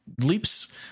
leaps